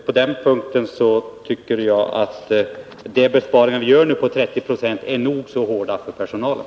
På den punkten tycker jag att de besparingar på 30 96 vi nu gör är nog så hårda för personalen.